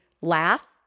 laugh